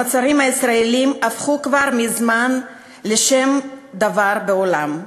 המוצרים הישראליים הפכו כבר מזמן לשם דבר בעולם.